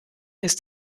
ist